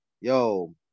Yo